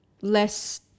less